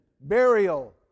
burial